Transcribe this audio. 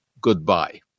goodbye